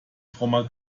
frommer